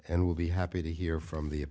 and will be happy to hear from the